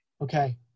Okay